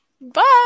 bye